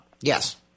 Yes